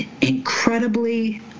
incredibly